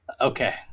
Okay